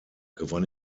gewann